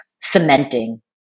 cementing